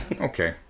Okay